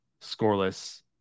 scoreless